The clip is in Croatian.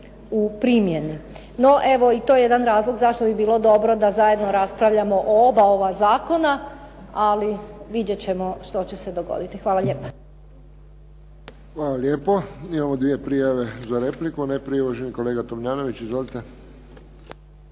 u primjeni. No evo i to je jedan razlog zašto bi bilo dobro da zajedno raspravljamo o oba ova zakona, ali vidjet ćemo što će se dogoditi. Hvala lijepa. **Friščić, Josip (HSS)** Hvala lijepo. Imamo dvije prijave za repliku. Najprije uvaženi kolega Tomljanović. Izvolite.